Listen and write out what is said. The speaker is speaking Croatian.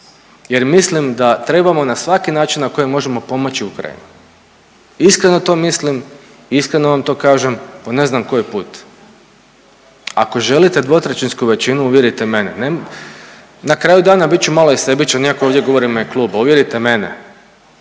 jer mislim da trebamo na svaki način na koji možemo pomoći Ukrajini. Iskreno to mislim i iskreno vam to kažem po ne znam koji put. Ako želite 2/3 većinu uvjerite mene, na kraju dana bit ću i malo sebičan iako ovdje govorim u ime kluba, uvjerite mene,